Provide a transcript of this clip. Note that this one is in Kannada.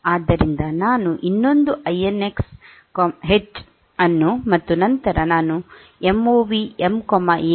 ಆದ್ದರಿಂದ ನಾನು ಇನ್ನೊಂದು ಐಎನ್ಎಕ್ಸ್ ಎಚ್ ಅನ್ನು ಮತ್ತು ನಂತರ ನಾನು ಎಂಒವಿ ಎಂ ಎMOV MA